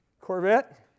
Corvette